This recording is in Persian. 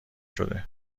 شده